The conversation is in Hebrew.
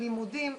לימודים,